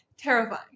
terrifying